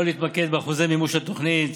שלא להתמקד באחוזי מימוש התוכנית.